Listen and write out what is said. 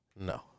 No